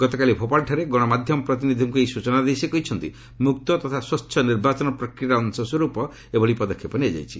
ଗତକାଲି ଭୋପାଳଠାରେ ଗଣମାଧ୍ୟମ ପ୍ରତିନିଧିଙ୍କୁ ଏହି ସୂଚନାଦେଇ ସେ କହିଛନ୍ତି ଯେ ମୁକ୍ତ ତଥା ସ୍ପଚ୍ଛ ନିର୍ବାଚନ ପ୍ରକ୍ରିୟାର ଅଂଶସ୍ୱରୂପ ଏଭଳି ପଦକ୍ଷେପ ନିଆଯାଇଛି